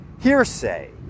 hearsay